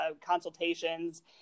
consultations